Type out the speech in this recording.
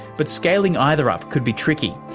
but scaling either up could be tricky,